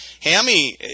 Hammy